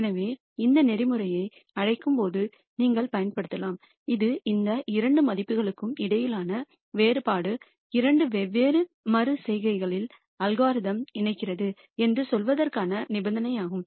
எனவே இந்த நெறிமுறையை அழைக்கும்போது நீங்கள் பயன்படுத்தலாம் இது இந்த இரண்டு மதிப்புகளுக்கும் இடையிலான வேறுபாடு இரண்டு வெவ்வேறு மறு செய்கைகளில் அல்காரிதம் இணைகிறது என்று சொல்வதற்கான நிபந்தனையாகும்